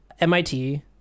MIT